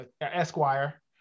Esquire